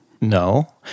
No